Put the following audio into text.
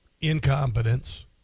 incompetence